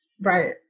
Right